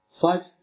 five